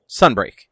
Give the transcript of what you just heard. Sunbreak